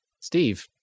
Steve